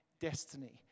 destiny